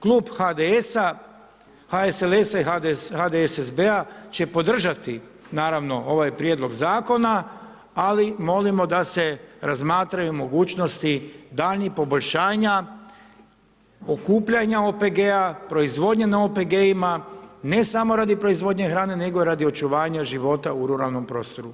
Klub HDS-a, HSLS-a i HDSSB-a će podržati naravno ovaj prijedlog zakona, ali molimo da se razmatraju mogućnosti daljnjih poboljšanja okupljanja OPG-a, proizvodnja na OPG-ima, ne samo radi proizvodnje hrane, nego i radi očuvanja života u ruralnom prostoru.